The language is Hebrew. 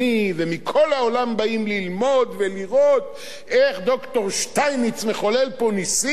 ומכל העולם באים ללמוד ולראות איך ד"ר שטייניץ מחולל פה נסים,